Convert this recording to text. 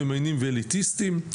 ממיינים ואליטיסטיים.